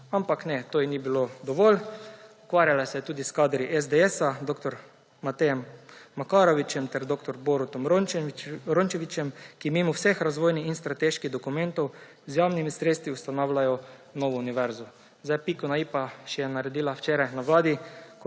Ampak ne, to ji ni bilo dovolj, ukvarjala se je tudi s kadri SDS, dr. Matejem Makarovičem ter dr. Borutom Rončevićem, ki mimo vseh razvojnih in strateških dokumentov z javnimi sredstvi ustanavljajo novo univerzo. Piko na i pa je naredila včeraj na Vladi,